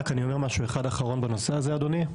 אני רק אומר משהו אחד אחרון בנושא הזה, אדוני.